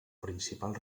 principal